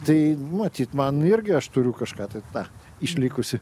tai matyt man irgi aš turiu kažką tai tą išlikusį